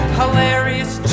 hilarious